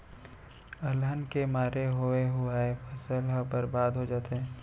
अलहन के मारे होवे हुवाए फसल ह बरबाद हो जाथे